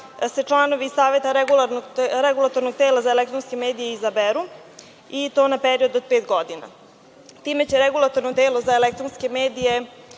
se članovi Saveta Regulatornog tela za elektronske medije izaberu i to na period od pet godina. Time će Regulatorno telo za elektronske medije